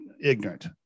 ignorant